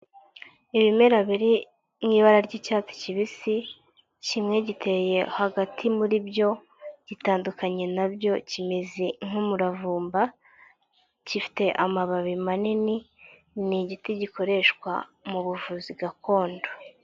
Ibimera biri mw'ibara ry'icyatsi kibisi, kimwe giteye hagati muri byo gitandukanye na byo kimeze nk'umuravumba, gifite amababi manini ,ni igiti gikoreshwa mu buvuzi gakondo.